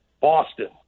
Boston